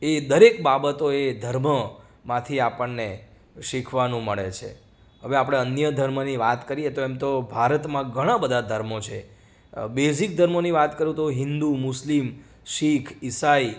એ દરેક બાબતોએ ધર્મમાંથી આપણને શીખવાનું મળે છે હવે આપણે અન્ય ધર્મની વાત કરીએ તો એમ તો ભારતમાં ઘણા બધા ધર્મો છે બેઝિક ધર્મોની વાત કરું તો હિન્દુ મુસ્લિમ શીખ ઈસાઈ